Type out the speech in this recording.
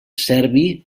serbi